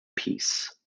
peace